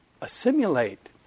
assimilate